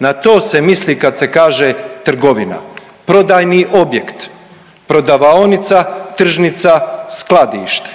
Na to se misli kad se kaže trgovina - prodajni objekt, prodavaonica, tržnica, skladište.